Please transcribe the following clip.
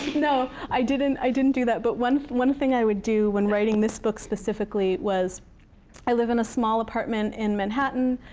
no. i didn't i didn't do that. but one one thing i would do when writing this book specifically was i live in a small apartment in manhattan,